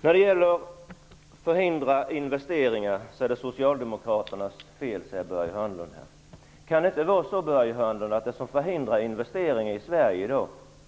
Det är Socialdemokraternas fel att investeringar har förhindrats, sade Börje Hörnlund. Kan det inte vara så att det är tilltron till den nuvarande regeringen som förhindrar investeringar i Sverige i dag?